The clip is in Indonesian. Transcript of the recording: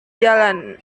jalan